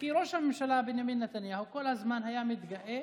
כי ראש הממשלה בנימין נתניהו כל הזמן היה מתגאה